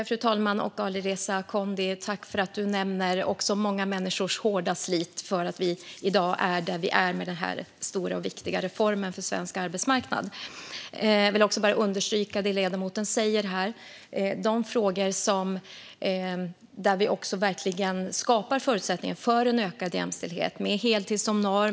Fru talman! Tack, Alireza Akhondi, för att du nämner många människors hårda slit för att vi i dag är där vi är med denna stora och viktiga reform för svensk arbetsmarknad! Jag vill understryka det ledamoten säger: Vi skapar förutsättningar för en ökad jämställdhet med heltid som norm.